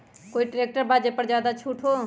कोइ ट्रैक्टर बा जे पर ज्यादा छूट हो?